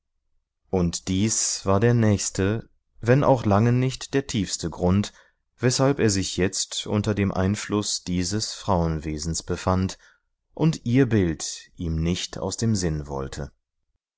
und dies war der nächste wenn auch lange nicht der tiefste grund weshalb er sich jetzt unter dem einfluß dieses frauenwesens befand und ihr bild ihm nicht aus dem sinn wollte